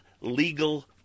legal